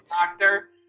doctor